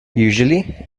usually